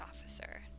officer